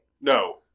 No